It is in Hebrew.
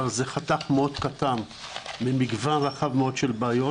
אבל זה חתך מאוד קטן ממגוון רחב מאוד של בעיות